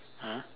!huh!